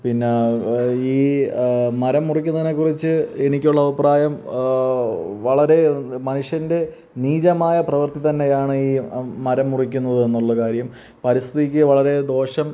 പിന്നെ ഈ മരം മുറിക്കുന്നതിനെക്കുറിച്ച് എനിക്കുള്ള അഭിപ്രായം വളരെ മനുഷ്യൻ്റെ നീചമായ പ്രവർത്തി തന്നെയാണ് ഈ മരം മുറിക്കുന്നത് എന്നുള്ള കാര്യം പരിസ്ഥിതിക്ക് വളരെ ദോഷം